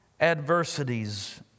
adversities